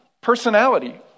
Personality